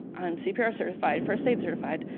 i'm cpr certified, first aid certified.